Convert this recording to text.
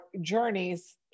journeys